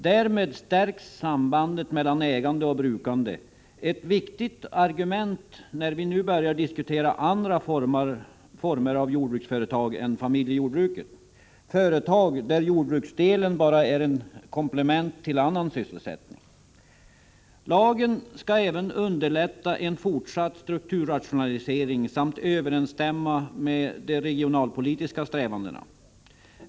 Därmed stärks sambandet mellan ägande och brukande, ett viktigt argument när vi nu börjar diskutera andra former av jordbruksföretag än familjejordbruken, företag där jordbruksdelen bara är ett komplement till annan sysselsättning. Lagen skall även underlätta en fortsatt strukturrationalisering samt överensstämma med de regionalpolitiska strävandena.